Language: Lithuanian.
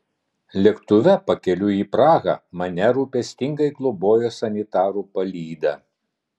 lėktuve pakeliui į prahą mane rūpestingai globojo sanitarų palyda